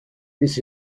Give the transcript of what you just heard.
this